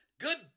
good